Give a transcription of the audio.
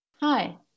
Hi